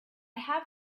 have